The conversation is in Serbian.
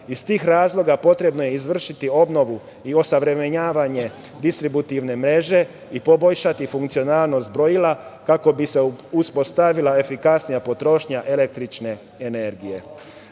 tih razloga, potrebno je izvršiti obnovu i osavremenjavavanje distributivne mreže i poboljšati funkcionalnost brojila, kako bi se uspostavila efikasnija potrošnja električne